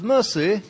Mercy